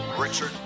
Richard